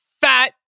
fat